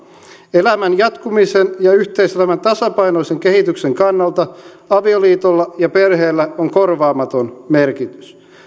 elämän jatkumisen ja yhteiselämän tasapainoisen kehityksen kannalta avioliitolla ja perheellä on korvaamaton merkitys